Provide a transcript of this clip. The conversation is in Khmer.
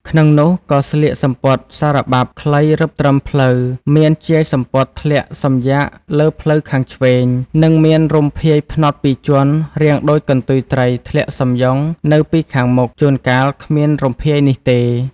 ក្នុងនោះ ក៏ស្លៀកសំពត់សារបាប់ខ្លីរឹបត្រឹមភ្លៅ មានជាយសំពត់ធ្លាក់សំយាកលើភ្លៅខាងឆ្វេង និងមានរំភាយផ្នត់ពីរជាន់រាងដូចកន្ទុយត្រីធ្លាក់សំយុងនៅពីខាងមុខ ជួនកាលគ្មានរំភាយនេះទេ។